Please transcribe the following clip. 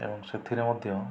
ଏବଂ ସେଥିରେ ମଧ୍ୟ